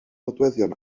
nodweddion